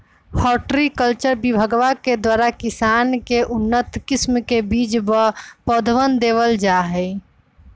horticulture विभगवा के द्वारा किसान के उन्नत किस्म के बीज व पौधवन देवल जाहई